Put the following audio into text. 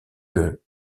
que